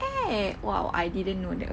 eh !wow! I didn't know that